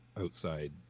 outside